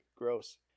gross